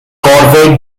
corvette